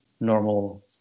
normal